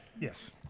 Yes